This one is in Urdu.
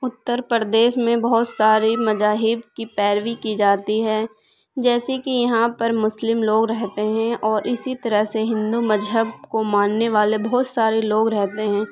اتر پردیش میں بہت ساری مذاہب کی پیروی کی جاتی ہے جیسے کہ یہاں پر مسلم لوگ رہتے ہیں اور اسی طرح سے ہندو مذہب کو ماننے والے بہت سارے لوگ رہتے ہیں